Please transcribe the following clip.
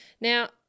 Now